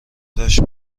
داشت